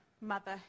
mother